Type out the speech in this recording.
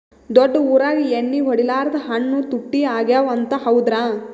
ದೊಡ್ಡ ಊರಾಗ ಎಣ್ಣಿ ಹೊಡಿಲಾರ್ದ ಹಣ್ಣು ತುಟ್ಟಿ ಅಗವ ಅಂತ, ಹೌದ್ರ್ಯಾ?